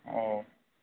او